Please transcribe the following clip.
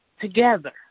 together